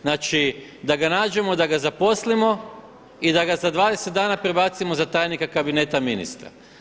Znači da ga nađemo i da ga zaposlimo i da ga za 20 dana prebacimo za tajnika kabineta ministra.